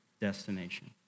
destination